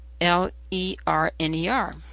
L-E-R-N-E-R